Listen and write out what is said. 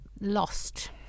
lost